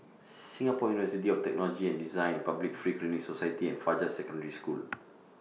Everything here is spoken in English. Singapore University of Technology and Design Public Free Clinic Society and Fajar Secondary School